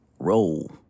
Roll